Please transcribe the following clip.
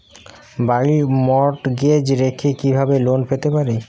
বাড়ি মর্টগেজ রেখে কিভাবে লোন পেতে পারি?